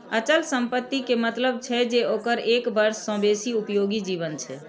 अचल संपत्ति के मतलब छै जे ओकर एक वर्ष सं बेसी उपयोगी जीवन छै